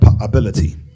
ability